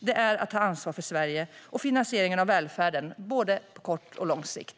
Det är att ta ansvar för Sverige och finansieringen av välfärden, både på kort och på lång sikt.